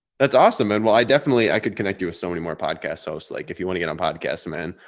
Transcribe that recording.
that's awesome and well, i definitely i could connect you with so many more podcast hosts, like if you want to get on podcast, man,